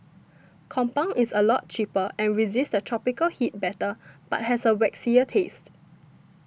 compound is a lot cheaper and resists the tropical heat better but has a waxier taste